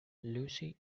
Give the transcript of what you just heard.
lucy